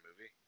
movie